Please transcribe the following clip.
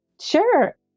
Sure